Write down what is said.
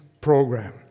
program